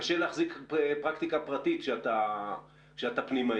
קשה להחזיק פרקטיקה פרטית כשאתה פנימאי.